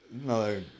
no